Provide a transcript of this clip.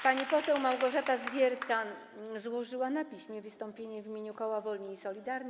Pani poseł Małgorzata Zwiercan złożyła na piśmie wystąpienie w imieniu koła Wolni i Solidarni.